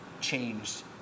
changed